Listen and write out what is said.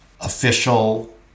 official